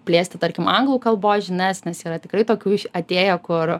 plėsti tarkim anglų kalbos žinias nes yra tikrai tokių atėję kur